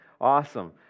Awesome